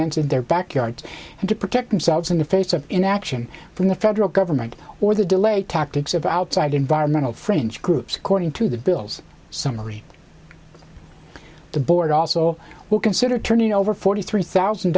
in their backyard and to protect themselves in the face of inaction from the federal government or the delay tactics of outside environmental fringe groups according to the bill's summary the board also will consider turning over forty three thousand